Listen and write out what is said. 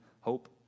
hope